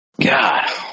God